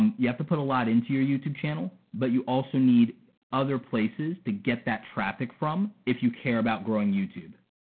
um you have to put a lot into your youtube channel, but you also need other places to get that traffic from if you care about growing youtube.